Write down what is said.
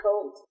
cold